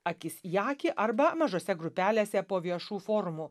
akis į akį arba mažose grupelėse po viešų forumų